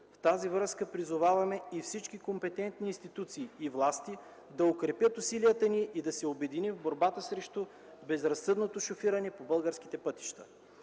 В тази връзка, призоваваме и всички компетентни институции и власти да укрепят усилията ни и да се обединим в борбата срещу безразсъдното шофиране по българските пътища.